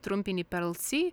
trumpinį perl si